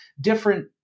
different